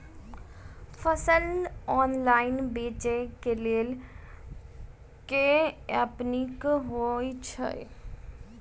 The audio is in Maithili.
फसल ऑनलाइन बेचै केँ लेल केँ ऐप नीक होइ छै?